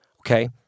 okay